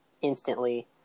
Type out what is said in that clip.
instantly